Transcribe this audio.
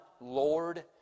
Lord